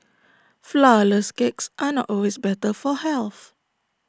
Flourless Cakes are not always better for health